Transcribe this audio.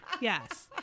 Yes